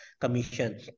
commission